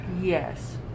Yes